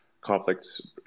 conflicts